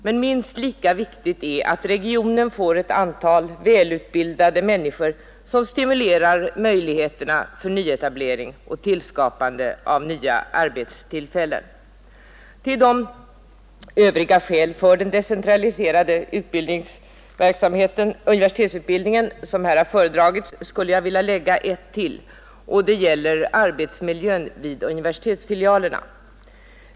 Men minst lika viktigt är att regionen får ett antal välutbildade människor som stimulerar till att skapa möjligheter till nyetablering och nya arbetstillfällen. Till de övriga skäl för den decentraliserade universitetsutbildningen som här har föredragits skulle jag vilja lägga ytterligare ett, och det gäller arbetsmiljön vid universitetsfilialerna.